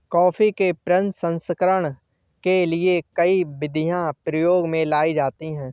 coffee के प्रसंस्करण के लिए कई विधियां प्रयोग में लाई जाती हैं